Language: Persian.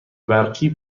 برقی